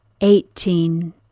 Eighteen